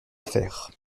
faire